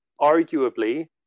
arguably